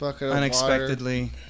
unexpectedly